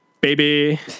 baby